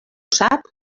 sap